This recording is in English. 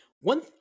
one